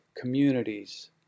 communities